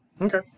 Okay